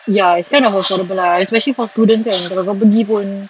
ya it's kind of affordable lah especially for students right kalau kau pergi pun